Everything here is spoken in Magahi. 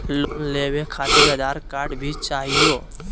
लोन लेवे खातिरआधार कार्ड भी चाहियो?